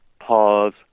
pause